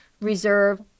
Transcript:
reserve